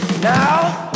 Now